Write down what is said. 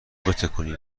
بتکونیم